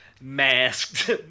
masked